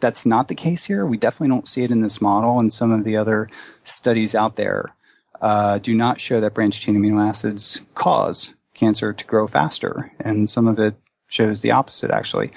that's not the case here. we definitely don't see it in this model, and some of the other studies out there ah do not show that branched-chain amino acids cause cancer to grow faster, and some of it shows the opposite actually.